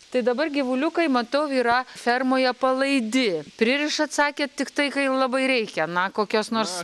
tai dabar gyvuliukai matau yra fermoje palaidi pririšat atsakėt tiktai kai labai reikia na kokios nors